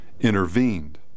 intervened